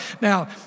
Now